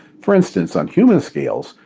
for instance, on human scales,